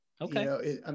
Okay